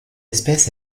espèce